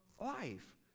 life